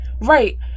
right